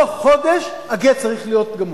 בתוך חודש הגט צריך להיות גמור.